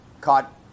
caught